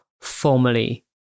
formally